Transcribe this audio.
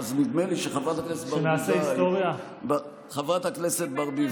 נדמה לי שחברת הכנסת ברביבאי,